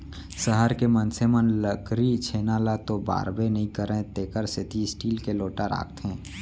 सहर के मनसे मन लकरी छेना ल तो बारबे नइ करयँ तेकर सेती स्टील के लोटा राखथें